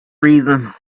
reason